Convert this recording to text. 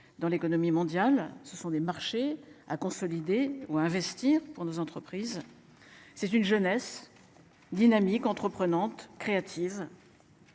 dans l'économie mondiale. Ce sont des marchés à consolider ou investir pour nos entreprises. C'est une jeunesse. Dynamique entreprenante créative.